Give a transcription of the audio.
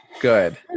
Good